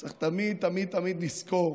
צריך תמיד תמיד תמיד לזכור